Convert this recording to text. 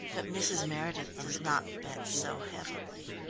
but mrs. meredith does not bet so heavily.